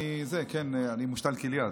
אני מושתל כליה,